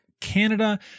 canada